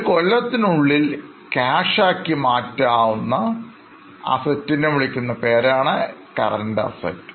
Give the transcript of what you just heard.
ഒരു കൊല്ലത്തിനുള്ളിൽ ക്യാഷ് ആക്കി മാറ്റുന്ന Assetsനെ വിളിക്കുന്ന പേരാണ് Current Assets